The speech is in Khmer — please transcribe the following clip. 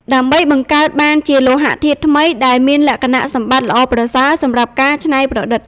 ដើម្បីបង្កើតបានជាលោហៈធាតុថ្មីដែលមានលក្ខណៈសម្បត្តិល្អប្រសើរសម្រាប់ការច្នៃប្រឌិត។